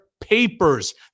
papers